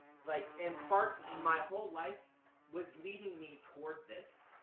like, in part and my whole life was leading me toward this.